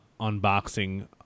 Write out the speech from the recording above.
unboxing